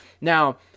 Now